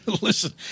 listen